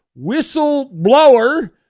whistleblower